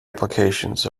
applications